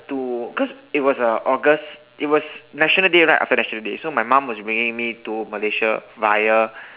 to cause it was a august it was national day right after national day so my mom was bringing me to Malaysia via